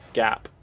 gap